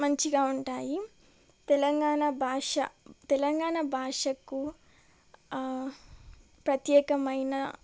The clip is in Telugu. మంచిగా ఉంటాయి తెలంగాణ భాష తెలంగాణ భాషకు ప్రత్యేకమైన